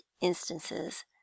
instances